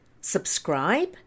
subscribe